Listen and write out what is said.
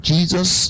Jesus